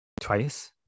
twice